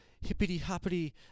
hippity-hoppity